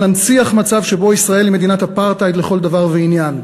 ננציח מצב שבו ישראל היא מדינת אפרטהייד לכל דבר ועניין,